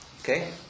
okay